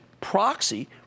proxy